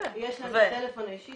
את הטלפון האישי